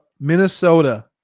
Minnesota